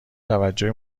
توجه